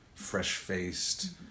fresh-faced